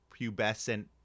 pubescent